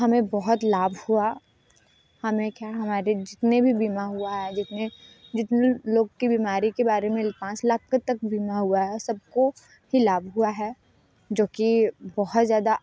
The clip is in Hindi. हमें बहुत लाभ हुआ हमें क्या हमारे जितने भी बीमा हुआ है जितने जितने लोग की बीमारी के बारे में पाँच लाख तक बीमा हुआ है सब को ही लाभ हुआ है जो कि बहुत ज़्यादा